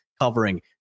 covering